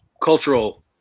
cultural